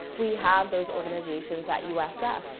we have those organizations at usf.